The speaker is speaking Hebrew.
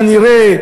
כנראה,